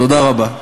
תודה רבה.